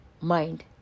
mind